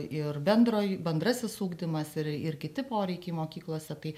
ir bendrojo bendrasis ugdymas ir ir kiti poreikiai mokyklose tai